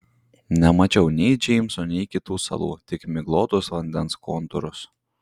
nemačiau nei džeimso nei kitų salų tik miglotus vandens kontūrus